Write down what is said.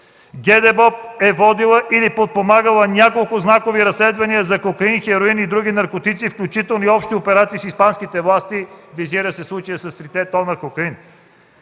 е водила или подпомагала няколко знакови разследвания за кокаин, хероин и други наркотици, включително и общи операции с испанските власти – визира се случаят с 3-те тона кокаин.